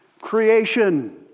Creation